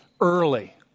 Early